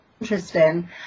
interesting